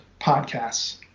podcasts